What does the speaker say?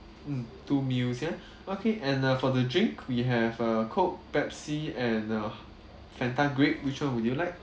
mm two meals ya okay and uh for the drink we have uh coke pepsi and uh fanta grape which one would you like